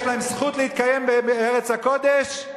יש להם זכות להתקיים בארץ הקודש?